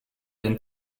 than